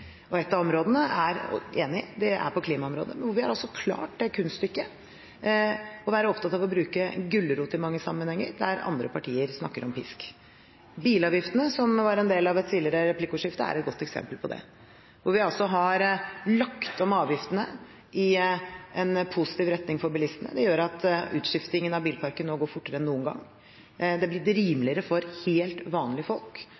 av områdene er klimaområdet, der vi har klart det kunststykket å være opptatt av å bruke gulrot i mange sammenhenger der andre partier snakker om pisk. Bilavgiftene, som var tema i et tidligere replikkordskifte, er et godt eksempel på det. Vi har lagt om avgiftene i en positiv retning for bilistene. Det gjør at utskiftingen av bilparken nå går fortere enn noen gang. Det blir rimeligere for helt vanlige folk